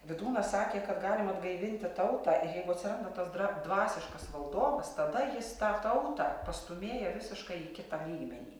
vydūnas sakė kad galima atgaivinti tautą ir jeigu atsiranda tas dra dvasiškas valdovas tada jis tą tautą pastūmėja visiškai į kitą lygmenį